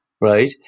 right